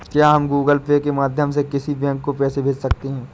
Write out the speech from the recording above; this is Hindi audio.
क्या हम गूगल पे के माध्यम से किसी बैंक को पैसे भेज सकते हैं?